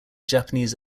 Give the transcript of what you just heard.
japanese